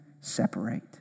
separate